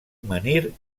menhir